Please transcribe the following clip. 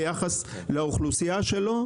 ביחס לאוכלוסייה שלו,